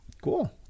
Cool